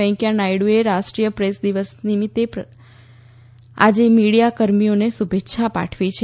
વેકૈયા નાયડુએ રાષ્ટ્રીય પ્રેસ દિસના પ્રસંગે આજે મીડીયા કર્મીઓને શુભેચ્છા પાઠવી છે